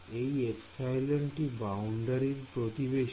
এই ε টি বাউন্ডারির প্রতিবেশী